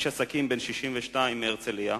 איש עסקים בן 62 מהרצלייה,